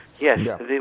Yes